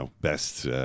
best